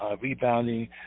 rebounding